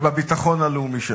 ובביטחון הלאומי שלנו.